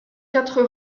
quatre